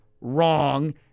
wrong